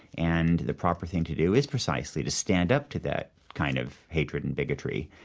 and the proper thing to do is precisely to stand up to that kind of hatred and bigotry.